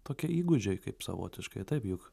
tokie įgūdžiai kaip savotiškai taip juk